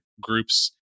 groups